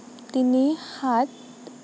তিনি সাত